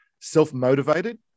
self-motivated